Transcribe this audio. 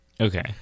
okay